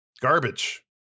garbage